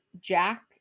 jack